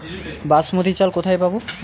বাসমতী চাল কোথায় পাবো?